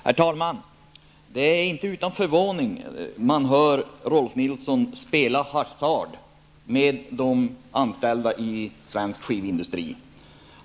Herr talman! Det är inte utan förvåning man hör hur Rolf L Nilson spelar hasard med de anställda inom svensk skivindustri.